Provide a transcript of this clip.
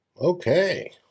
Okay